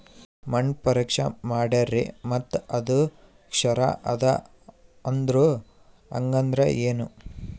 ಮಣ್ಣ ಪರೀಕ್ಷಾ ಮಾಡ್ಯಾರ್ರಿ ಮತ್ತ ಅದು ಕ್ಷಾರ ಅದ ಅಂದ್ರು, ಹಂಗದ್ರ ಏನು?